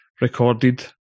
recorded